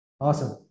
Awesome